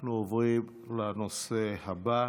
אנחנו עוברים לנושא הבא,